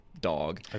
dog